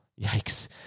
yikes